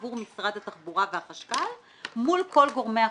עבור משרד התחבורה והחשכ"ל מול כל גורמי החוץ,